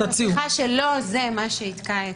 אני מבטיחה שלא זה מה שיתקע.